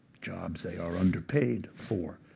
jobs they are underpaid for,